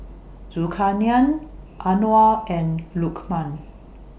Zulkarnain Anuar and Lukman